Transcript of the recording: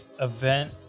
event